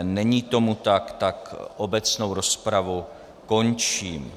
Není tomu tak, obecnou rozpravu končím.